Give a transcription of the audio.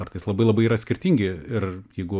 kartais labai labai yra skirtingi ir jeigu